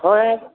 खोआ